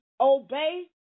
obey